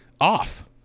off